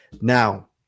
now